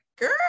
Girl